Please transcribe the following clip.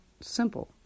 simple